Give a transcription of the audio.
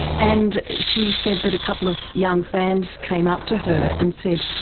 and she said that a couple of young fans came up to her and said,